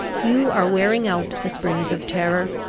you are wearing out the springs of terror.